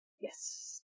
Yes